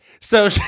So-